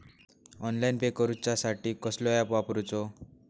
Online pay करूचा साठी कसलो ऍप वापरूचो?